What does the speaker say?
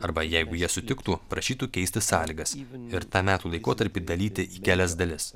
arba jeigu jie sutiktų prašytų keisti sąlygas ir tą metų laikotarpį dalyti į kelias dalis